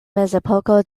mezepoko